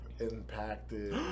impacted